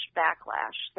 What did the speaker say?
backlash